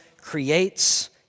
creates